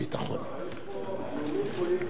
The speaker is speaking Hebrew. יש פה נאומים פוליטיים וחבל,